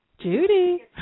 Judy